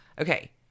Okay